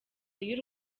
y’u